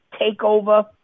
takeover